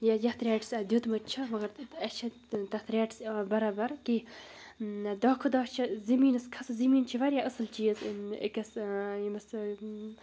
یہِ یَتھ ریٹَس اَسہِ دیُتمُت چھُ مگر اَسہِ چھِ تَتھ ریٹَس یِوان برابر کینٛہہ دۄہ کھۄ دۄہ چھِ زٔمیٖنَس کھَسان زٔمیٖن چھِ واریاہ أصٕل چیٖز أکِس ییٚمِس